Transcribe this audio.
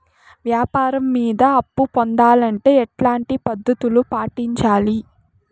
వ్యాపారం మీద అప్పు పొందాలంటే ఎట్లాంటి పద్ధతులు పాటించాలి?